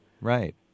Right